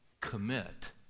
commit